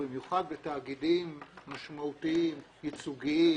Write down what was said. במיוחד בתאגידים משמעותיים ייצוגיים